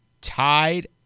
tied